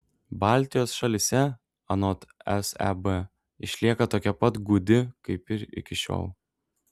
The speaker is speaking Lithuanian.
baltijos šalyse anot seb išlieka tokia pat gūdi kaip ir iki šiol